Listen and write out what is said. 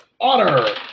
Honor